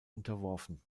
unterworfen